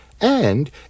And